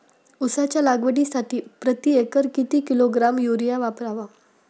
उसाच्या लागवडीसाठी प्रति एकर किती किलोग्रॅम युरिया वापरावा?